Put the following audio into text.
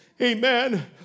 Amen